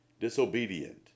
disobedient